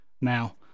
now